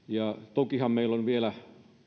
tokihan meillä on vielä